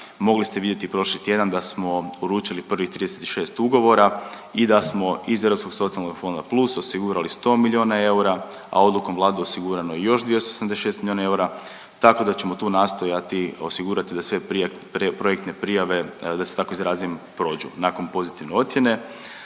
Mogli ste vidjeti prošli tjedan da smo uručili prvih 36 ugovora i da smo iz Europskog socijalnog fonda plus osigurali 100 milijuna eura, a odlukom Vlade osigurano je još 276 milijuna eura, tako da ćemo tu nastojati osigurati da sve projektne prijave, da se tako izrazim, prođu nakon pozitivne ocjene.